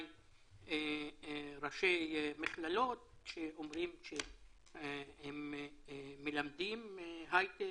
ראשי מכללות שאומרים שהם מלמדים היי-טק,